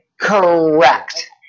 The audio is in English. Correct